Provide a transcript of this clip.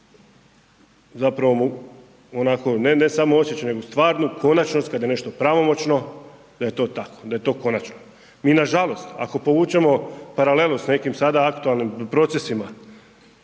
zapravo onako ne samo osjećaj, nego stvarnu konačnost kada je nešto pravomoćno da je to tako, da je to konačno. Mi nažalost ako povučemo paralelu s nekim sada aktualnim procesima